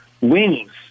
wings